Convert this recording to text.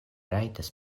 rajtas